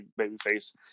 Babyface